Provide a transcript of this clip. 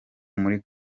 muri